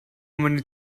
many